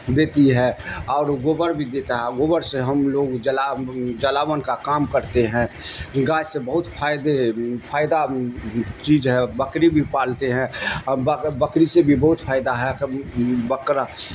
دیتی ہے اور گوبر بھی دیتا ہے گوبر سے ہم لوگ ج جلاوون کا کام کرتے ہیں گائے سے بہت فائدے فائدہ چیز ہے بکری بھی پالتے ہیں اور بکری سے بھی بہت فائدہ ہے بکرا